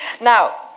now